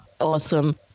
Awesome